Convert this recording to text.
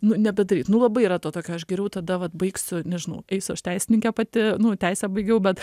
nu nebedaryt nu labai yra to tokio aš geriau tada vat baigsiu nežinau eisiu aš teisininkė pati nu teisę baigiau bet